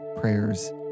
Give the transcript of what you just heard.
prayers